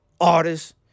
artists